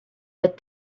but